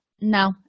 No